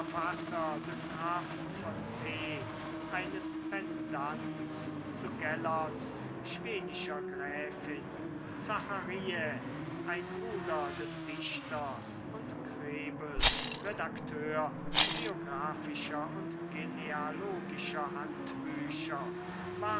des grafen von p eines pendants zu gellerts schwedischer gräfin zachariä ein bruder des dichters und krebel redakteur geographischer und genealogischer handbücher